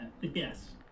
Yes